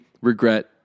regret